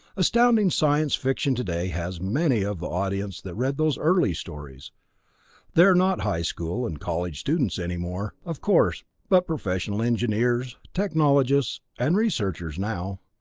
astounding science fiction today has many of the audience that read those early stories they're not high school and college students any more, of course, but professional engineers, technologists and researchers now.